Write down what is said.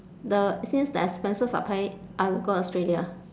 the since the expenses are paid I will go australia